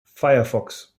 firefox